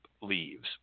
leaves